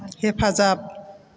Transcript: हेफाजाब